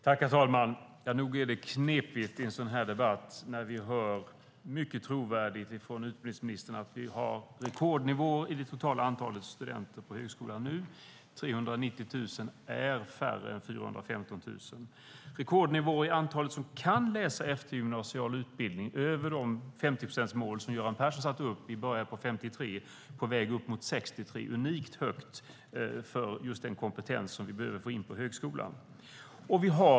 Herr talman! Nog är det knepigt i en sådan här debatt. Vi hör mycket trovärdigt från utbildningsministern att vi har rekordnivåer i det totala antalet studenter på högskolan nu. 390 000 är färre än 415 000. Det är rekordnivåer i antalet som kan läsa eftergymnasial utbildning. Vi har kommit över det 50-procentsmål som Göran Persson satte upp. Vi började på 53 och är nu på väg upp mot 63 procent. Det är unikt högt för den kompetens som vi behöver få in på högskolan.